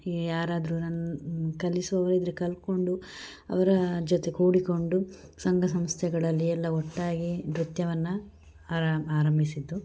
ಈ ಯಾರಾದರೂ ನನ್ನ ಕಲಿಸುವವರಿದ್ರೆ ಕಲಿತ್ಕೊಂಡು ಅವರ ಜೊತೆ ಕೂಡಿಕೊಂಡು ಸಂಘ ಸಂಸ್ಥೆಗಳಲ್ಲಿ ಎಲ್ಲಾ ಒಟ್ಟಾಗಿ ನೃತ್ಯವನ್ನು ಆರ ಆರಂಭಿಸಿದ್ದು